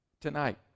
Tonight